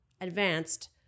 advanced